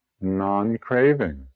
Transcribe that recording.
non-craving